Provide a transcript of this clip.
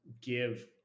give